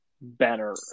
better